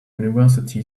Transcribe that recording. university